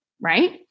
right